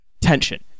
tension